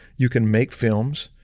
you can make films,